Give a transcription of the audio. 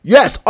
Yes